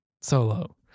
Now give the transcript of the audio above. solo